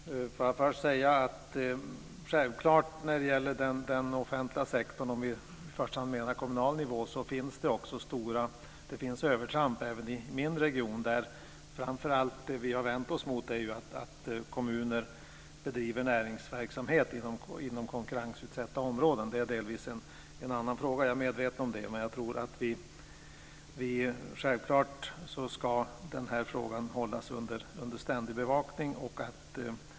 Fru talman! Jag vill bara säga att självklart finns det när det gäller den offentliga sektorn, om vi i första hand menar kommunal nivå, övertramp även i min region. Det vi framför allt har vänt oss mot är att kommuner bedriver näringsverksamhet inom konkurrensutsatta områden. Det är delvis en annan fråga, jag är medveten om det. Jag tror att den här frågan självklart ska hållas under ständig bevakning.